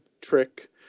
trick